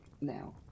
now